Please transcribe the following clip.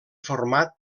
format